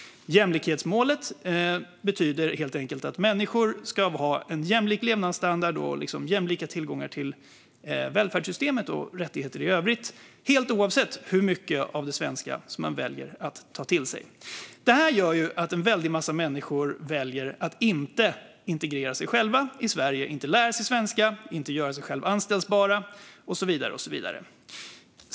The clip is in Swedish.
Jämlikhetsmålet betyder helt enkelt att människor ska ha en jämlik levnadsstandard och en jämlik tillgång till välfärdssystemet och jämlika rättigheter i övrigt oavsett hur mycket av det svenska som de väljer att ta till sig. Detta gör att en väldig massa människor väljer att inte integrera sig själva i Sverige, att inte lära sig svenska, att inte göra sig anställbara och så vidare.